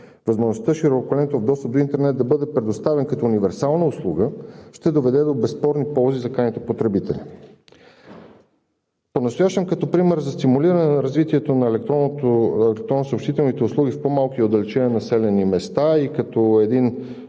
Възможността широколентов достъп до интернет да бъде предоставен като универсална услуга ще доведе до безспорни ползи за крайните потребители. Понастоящем като пример за стимулиране на развитието на електронно-съобщителните услуги в по-малки отдалечени населени места и като един